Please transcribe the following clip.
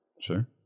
Sure